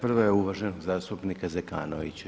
Prva je uvaženog zastupnika Zekanovića.